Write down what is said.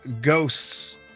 ghosts